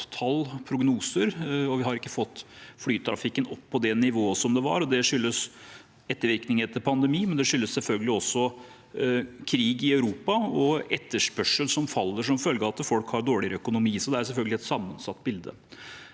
og vi har ikke fått flytrafikken opp på det nivået som den var på. Det skyldes ettervirkningene av pandemien, men det skyldes selvfølgelig også krig i Europa og etterspørsel som faller som følge av at folk har dårligere økonomi. Det er selvfølgelig et sammensatt bilde.